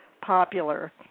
popular